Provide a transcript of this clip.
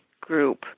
group